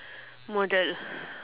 model